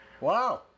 Wow